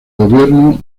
gobierno